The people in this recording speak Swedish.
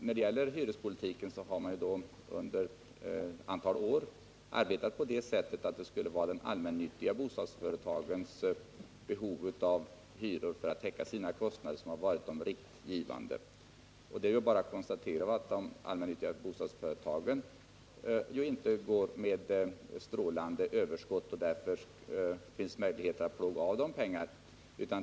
När det gäller hyrespolitiken har man under ett antal år arbetat på det sättet att de allmännyttiga bostadsföretagens behov av hyror för att täcka sina kostnader har varit riktgivande. Det är bara att konstatera att de allmännyttiga bostadsföretagen inte går med något strålande överskott och att det därför inte finns möjlighet att plåga av dem pengar.